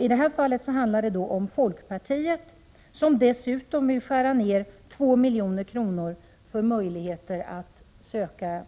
I detta fall står folkpartiet för reservationen och vill dessutom skära ned med 2 milj.kr. när det gäller möjligheten att söka